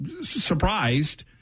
surprised